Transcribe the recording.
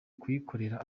kuyikorera